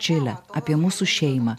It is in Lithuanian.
čilę apie mūsų šeimą